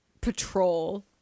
patrol